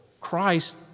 Christ